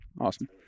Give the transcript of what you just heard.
Awesome